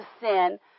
sin